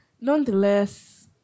Nonetheless